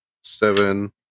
seven